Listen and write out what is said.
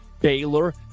Baylor